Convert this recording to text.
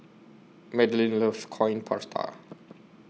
Madelyn loves Coin Prata